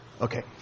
Okay